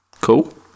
Cool